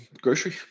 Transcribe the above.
grocery